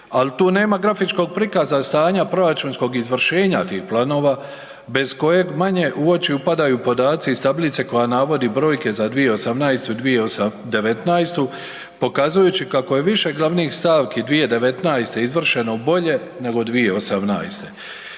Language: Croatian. ali tu nema grafičkog prikaza stanja proračunskog izvršenja tih planova bez kojeg manje u oči upadaju podaci iz tablice koja navodi brojke za 2018. i 2019. pokazujući kako je više glavnih stavki 2019. izvršeno bolje nego 2018.